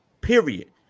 Period